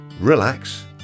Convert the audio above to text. relax